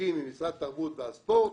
נציגים ממשרד התרבות והספורט,